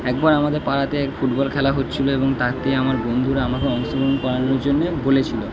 একবার আমাদের পাড়াতে ফুটবল খেলা হচ্ছিলো এবং তাতে আমার বন্ধুরা আমাকে অংশগ্রহণ করানোর জন্যে বলেছিলো